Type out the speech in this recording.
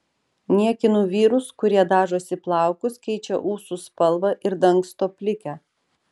niekinu vyrus kurie dažosi plaukus keičia ūsų spalvą ir dangsto plikę